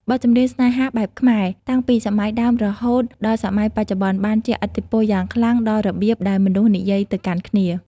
បទចម្រៀងស្នេហាបែបខ្មែរ តាំងពីសម័យដើមរហូតដល់សម័យបច្ចុប្បន្ន បានជះឥទ្ធិពលយ៉ាងខ្លាំងដល់របៀបដែលមនុស្សនិយាយទៅកាន់គ្នា។